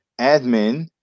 admin